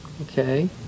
Okay